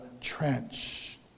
trench